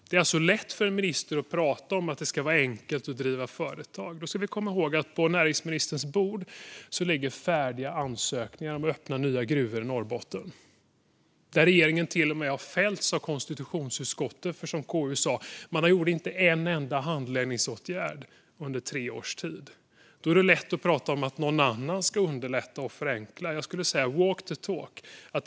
Det är lätt för en minister att prata om att det ska vara enkelt att driva företag, men då ska vi komma ihåg att det på näringsministerns bord ligger färdiga ansökningar om att öppna nya gruvor i Norrbotten. Där har regeringen till och med fällts av konstitutionsutskottet därför att man, som KU sa, inte gjorde en enda handläggningsåtgärd under tre års tid. Det är lätt att prata om att någon annan ska underlätta och förenkla, men jag skulle säga: Walk the talk!